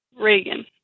Reagan